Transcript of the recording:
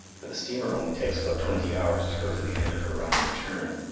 for the steamer only takes about twenty hours to go to the end of her run and return,